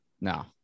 No